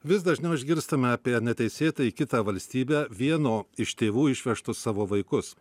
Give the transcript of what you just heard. vis dažniau išgirstame apie neteisėtai į kitą valstybę vieno iš tėvų išvežtus savo vaikus